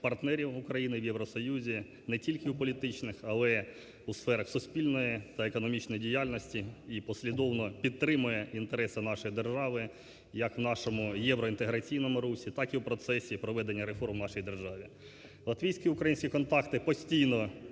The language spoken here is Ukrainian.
партнерів України в Євросоюзі не тільки у політичних, але у сферах суспільної та економічної діяльності і послідовно підтримує інтереси нашої держави як в нашому євроінтеграційному русі, так і в процесі проведення реформ в нашій державі. Латвійсько-українські контакти постійно